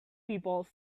people